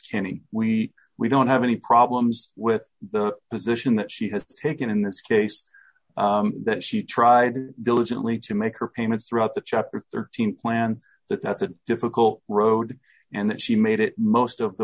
kinney we we don't have any problems with the position that she has taken in this case that she tried diligently to make her payments throughout the chapter thirteen plan that that's a difficult road and she made it most of the